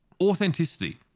authenticity